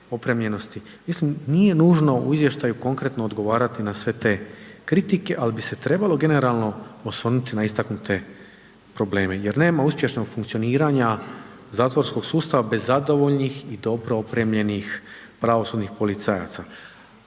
opremljenosti. Misli nije nužno u izvještaju konkretno odgovarati na sve te kritike, ali bi se trebalo generalno osvrnuti na istaknute probleme jer nema uspješnog funkcioniranja zatvorskog sustava bez zadovoljnih i dobro opremljenih pravosudnih policajaca.